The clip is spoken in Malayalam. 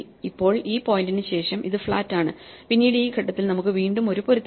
ഇപ്പോൾ ഈ പോയിന്റിനുശേഷം ഇത് ഫ്ലാറ്റ് ആണ് പിന്നീട് ഈ ഘട്ടത്തിൽ നമുക്ക് വീണ്ടും ഒരു പൊരുത്തമുണ്ട്